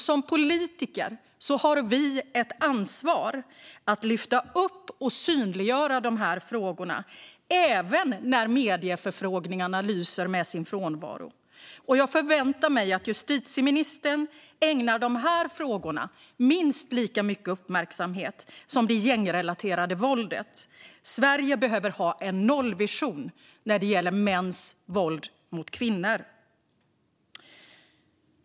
Som politiker har vi ett ansvar att lyfta upp och synliggöra dessa frågor även när medieförfrågningarna lyser med sin frånvaro. Jag förväntar mig att justitieministern ägnar de här frågorna minst lika mycket uppmärksamhet som han ägnar det gängrelaterade våldet. Sverige behöver ha en nollvision när det gäller mäns våld mot kvinnor.